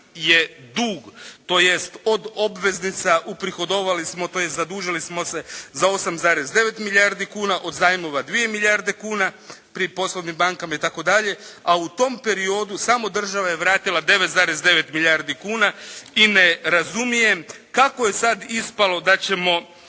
je dug tj. od obveznica uprihodovali smo tj. zadužili smo se za 8,9 milijardi kuna, od zajmova 2 milijarde kuna, pri poslovnim bankama itd. A u tom periodu samo država je vratila 9,9 milijardi kuna. I ne razumijem kako je sad ispalo da ćemo